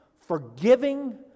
forgiving